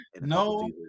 No